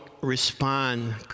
respond